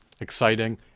exciting